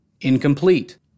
Incomplete